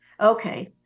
Okay